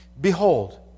Behold